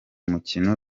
mukino